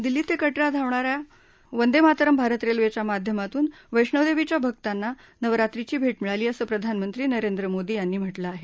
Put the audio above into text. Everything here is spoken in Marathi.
दिल्ली ते कटरा धावणाऱ्या या मार्गावर वंदे भारत रेल्वेच्या माध्यमातून वैष्णोदवीच्या भक्तांना नवरात्रीची भेट मिळाली असं प्रधानमंत्री नरेंद्र मोदी यांनी म्हटलं आहे